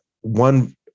one